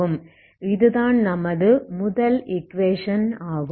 இது தான் நமது முதல் ஈக்குவேஷன் ஆகும்